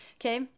Okay